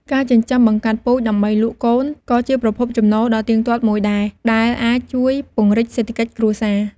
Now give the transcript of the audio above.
ការចិញ្ចឹមបង្កាត់ពូជដើម្បីលក់កូនក៏ជាប្រភពចំណូលដ៏ទៀងទាត់មួយដែរ ដែលអាចជួយពង្រីកសេដ្ឋកិច្ចគ្រួសារ។